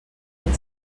mil